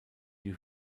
die